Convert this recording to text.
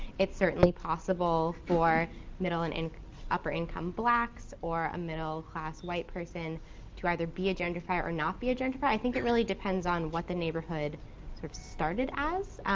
it's certainly possible for middle and and upper income blacks or a middle class white person to either be a gentrifier or not be a gentrifier. i think it really depends on what the neighborhood sort of started as.